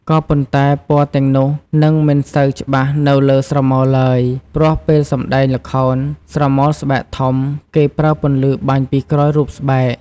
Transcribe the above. ក៏ប៉ុន្តែ ពណ៌ទាំងនោះនឹងមិនសូវច្បាស់នៅលើស្រមោលឡើយ ព្រោះពេលសម្តែងល្ខោនស្រមោលស្បែកធំ គេប្រើពន្លឺបាញ់ពីក្រោយរូបស្បែក។